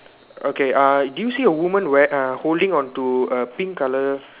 okay uh do you see a woman wear~ uh holding on to a pink colour